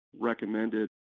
recommended